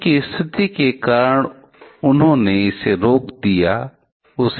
तो इस स्थिति में वे दो प्रभावित एक्स गुणसूत्र होंगे जो निश्चित रूप से लड़की को प्रभावित करेंगे